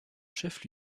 chef